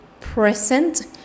present